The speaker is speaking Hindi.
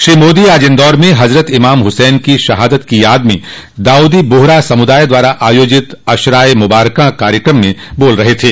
श्री मोदी आज इंदौर में हज़रत इमाम हुसैन की शहादत की याद में दाउदी बोहरा समुदाय द्वारा आयोजित अश्रा ए मुबारकां कार्यक्रम में बोल रहे थे